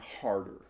harder